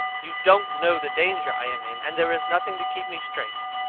you don't know the danger i am in, and there is nothing to keep me straight.